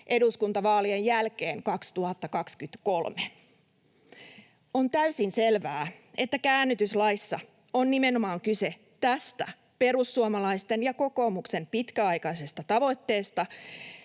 eduskuntavaalien jälkeen 2023. On täysin selvää, että käännytyslaissa on nimenomaan kyse tästä perussuomalaisten ja kokoomuksen pitkäaikaisesta tavoitteesta,